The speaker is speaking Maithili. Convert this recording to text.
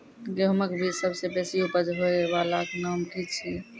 गेहूँमक बीज सबसे बेसी उपज होय वालाक नाम की छियै?